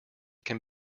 can